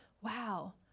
wow